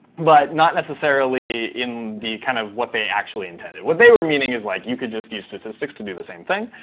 but not necessarily in kind of what they actually intended. what they were meaning is, like, you could just use statistics to do the same thing.